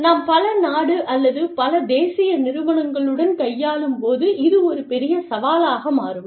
நாம் பல நாடு அல்லது பல தேசிய நிறுவனங்களுடன் கையாளும் போது இது ஒரு பெரிய சவாலாக மாறும்